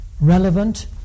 relevant